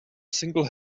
single